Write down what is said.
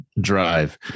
drive